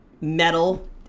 Metal